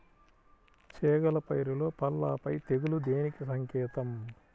చేగల పైరులో పల్లాపై తెగులు దేనికి సంకేతం?